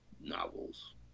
novels